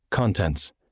Contents